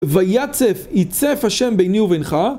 ויצף, ייצף השם ביני ובינך